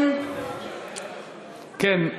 כן.